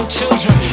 children